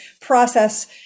process